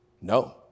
no